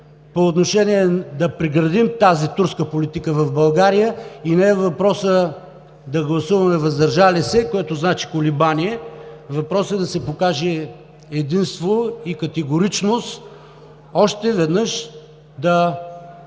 попълзновения, да преградим тази турска политика в България. Въпросът не е да гласуваме „въздържали се“, което значи колебание, въпросът е да се покаже единство и категоричност още веднъж през